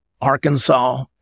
Arkansas